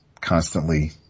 constantly